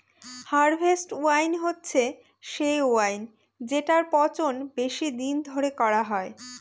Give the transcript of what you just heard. harvest wine হচ্ছে সে wine যেটার পচন বেশি দিন ধরে করা হয়